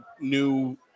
new